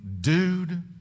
dude